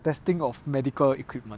testing of medical equipment